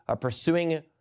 pursuing